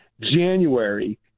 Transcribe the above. January